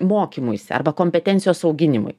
mokymuisi arba kompetencijos auginimui